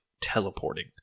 teleporting